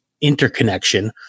interconnection